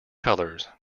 colors